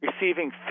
receiving